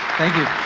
thank you.